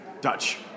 Dutch